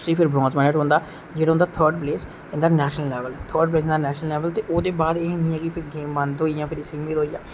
उसी फिर bronze medal थ्होंदा जेहड़ा होंदा थर्ड प्लेस नेशनल लेबल थर्ड पलेस होंदा नेशनल लेबल एहदे बाद एह् नेई ऐ कि गेम बंद होई गेई जां